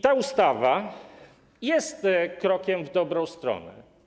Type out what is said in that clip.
Ta ustawa jest krokiem w dobrą stronę.